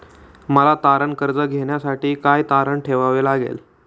मला तारण कर्ज घेण्यासाठी काय तारण ठेवावे लागेल?